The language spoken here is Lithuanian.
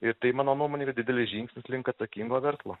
ir tai mano nuomone yra didelis žingsnis link atsakingo verslo